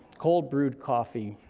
cold brewed coffee,